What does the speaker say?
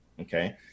Okay